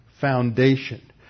foundation